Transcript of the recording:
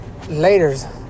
laters